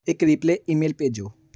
ਇੱਕ reply email ਭੇਜੋ